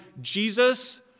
Jesus